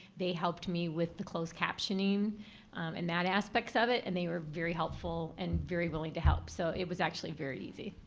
they helped me with the closed captioning and that aspect of it. and they were very helpful and very willing to help. so it was actually very easy.